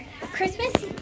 Christmas